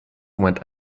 went